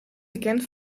bekend